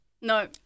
No